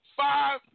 five